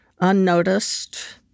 unnoticed